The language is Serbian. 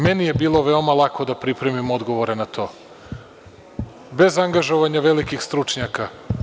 Meni je bilo veoma lako da pripremim odgovore na to, bez angažovanja velikih stručnjaka.